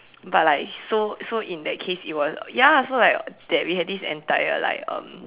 but like so so in that case it was ya so like that we had this entire like um